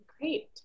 great